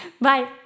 Bye